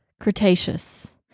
cretaceous